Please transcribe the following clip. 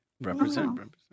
Represent